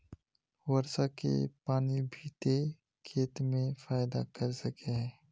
वर्षा के पानी भी ते खेत में फायदा कर सके है?